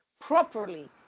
properly